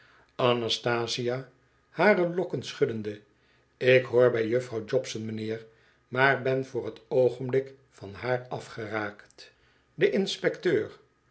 anastasia hare lokken schuddende ik hoor bh juffrouw jobson m'nheer maar ben voor t oogenblik van haar afgeraakt de inspecteur